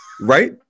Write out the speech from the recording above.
right